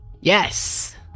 Yes